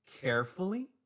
carefully